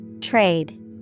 Trade